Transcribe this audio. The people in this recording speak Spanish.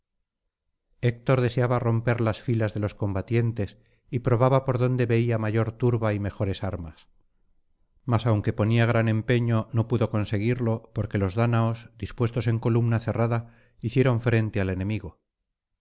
héctor deseaba romper las filas de los combatientes y probaba por donde veía mayor turba y mejores armas mas aunque ponía gran empeño no pudo conseguirlo porque los dáñaos dispuestos en columna cerrada hicieron frente al enemigo